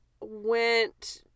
went